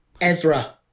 Ezra